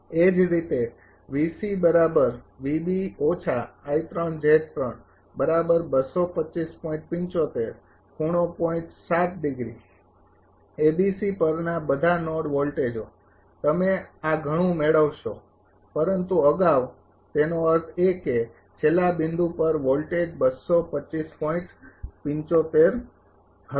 એ જ રીતે પરના બધા નોડ વોલ્ટેજો તમે આ ઘણું મેળવશો પરંતુ અગાઉ તેનો અર્થ એ કે છેલ્લા બિંદુ પર વોલ્ટેજ હતો